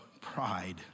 pride